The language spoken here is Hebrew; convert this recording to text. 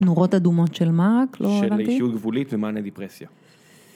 נורות אדומות של מה? רק לא הבנתי. של אישיות גבולית ומניה דיפרסיה